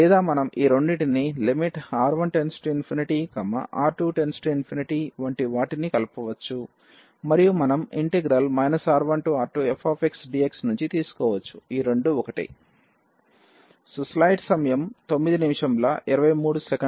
లేదా మనం ఈ రెండింటిని lim⁡R1→∞ R2→∞ వంటి వాటిని కలపవచ్చు మరియు మనం R1R2fxdx నుంచి తీసుకోవచ్చు ఈ రెండూ ఒకటే